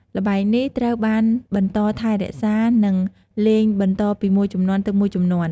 ល្បែងនេះត្រូវបានបន្តថែរក្សា និងលេងបន្តពីមួយជំនាន់ទៅមួយជំនាន់។